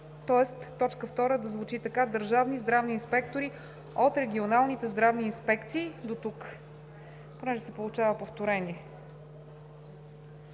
тоест т. 2 да звучи така: „държавни здравни инспектори от регионалните здравни инспекции“. Понеже се получава повторение